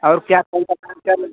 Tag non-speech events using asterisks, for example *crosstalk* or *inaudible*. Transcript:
और क्या *unintelligible*